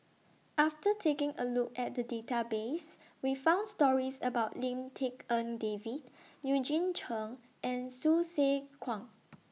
after taking A Look At The Database We found stories about Lim Tik En David Eugene Chen and Hsu Tse Kwang